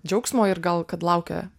džiaugsmo ir gal kad laukia